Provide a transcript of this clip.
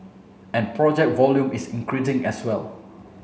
and project volume is increasing as well